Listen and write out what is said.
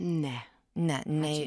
ne ne nei